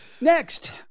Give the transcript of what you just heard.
Next